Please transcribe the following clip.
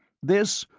this,